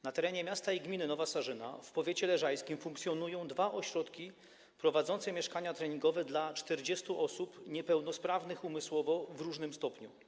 Na terenie miasta i gminy Nowa Sarzyna w powiecie leżajskim funkcjonują dwa ośrodki prowadzące mieszkania treningowe dla 40 osób niepełnosprawnych umysłowo w różnym stopniu.